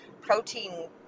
protein